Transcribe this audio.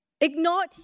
ignored